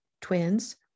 twins